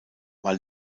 war